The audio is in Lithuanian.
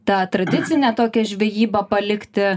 tą tradicinę tokią žvejyba palikti